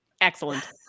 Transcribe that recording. Excellent